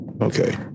okay